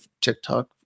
TikTok